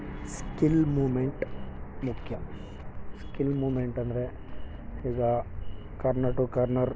skill movement ಮುಖ್ಯ skill movement ಅಂದರೆ ಈಗ ಕಾರ್ನರ್ ಟು ಕಾರ್ನರ್